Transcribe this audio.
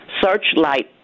Searchlight